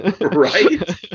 Right